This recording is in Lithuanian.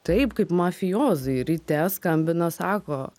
taip kaip mafijozai ryte skambina sako